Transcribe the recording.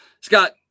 Scott